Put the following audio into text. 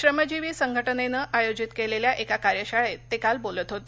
श्रमजीवी संघटनेनं आयोजित केलेल्या एका कार्यशाळेत ते काल बोलत होते